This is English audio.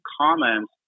comments